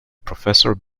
professor